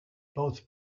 both